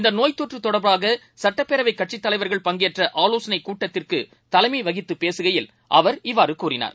இந்தநோய்த்தொற்றுதொடர்பாகசுட்டப்பேரவைகட்சித் தலைவர்கள் பங்கேற்றஆலோசனைகூட்டத்திற்குதலைமைவகித்தபேசுகையில் அவர் இவ்வாறுகூறினார்